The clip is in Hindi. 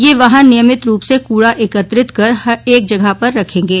ये वाहन नियमित रूप से कूडा एकत्रित कर एक जगह पर रखेंगे